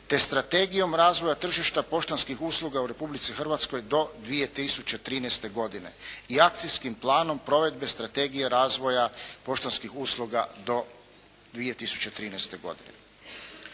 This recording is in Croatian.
te Strategijom razvoja tržišta poštanskih usluga u Republici Hrvatskoj do 2013. godine i akcijskim planom provedbe Strategije razvoja poštanskih usluga do 2013. godine.